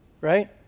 Right